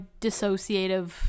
dissociative